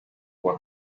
kuwa